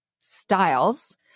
styles